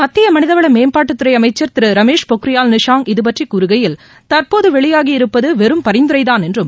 மத்திய மனிதவள மேம்பாட்டுத்துறை அமைச்சர் திரு ரமேஷ் பொக்ரியால் நிஷாங்க் இதுபற்றி கூறுகையில் வெளியாகி இருப்பது வெறும் பரிந்துரைதாள் என்றும்